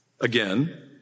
Again